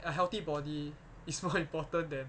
a healthy body is more important than